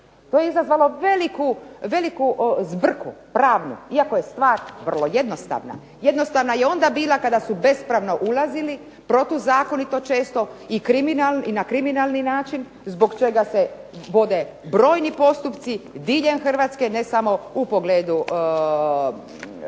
To je izazvalo veliku zbrku pravnu iako je stvar vrlo jednostavna. Jednostavna je onda bila kada su bespravno ulazili, protuzakonito često i na kriminalni način zbog čega se vode brojni postupci diljem Hrvatske, ne samo u pogledu uknjižbe,